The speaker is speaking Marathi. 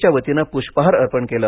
च्या वतीने पुष्पहार अर्पण केले